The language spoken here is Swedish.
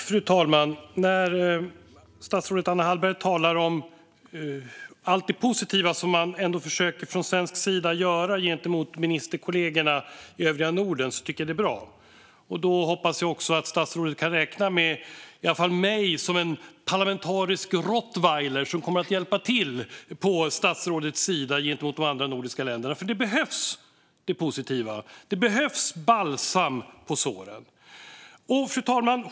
Fru talman! Statsrådet Anna Hallberg talar om allt det positiva som man från svensk sida försöker göra gentemot ministerkollegorna i övriga Norden. Jag tycker att det är bra. Jag hoppas också att statsrådet räknar med mig som parlamentarisk rottweiler som kommer att hjälpa till på statsrådets sida gentemot de andra nordiska länderna. Det positiva behövs nämligen. Vi behöver balsam på såren. Fru talman!